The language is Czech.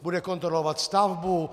Bude kontrolovat stavbu?